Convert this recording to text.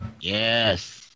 Yes